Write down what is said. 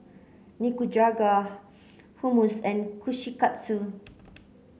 Nikujaga Hummus and Kushikatsu